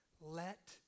Let